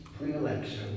pre-election